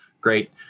Great